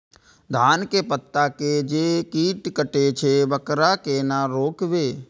धान के पत्ता के जे कीट कटे छे वकरा केना रोकबे?